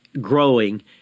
growing